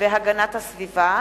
והגנת הסביבה.